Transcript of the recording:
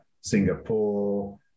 Singapore